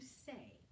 say